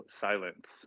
silence